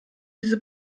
diese